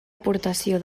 aportació